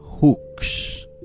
hooks